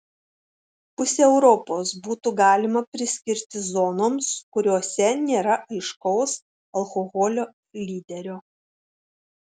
pusę europos būtų galima priskirti zonoms kuriose nėra aiškaus alkoholio lyderio